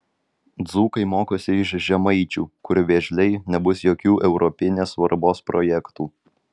dzūkai mokosi iš žemaičių kur vėžliai nebus jokių europinės svarbos projektų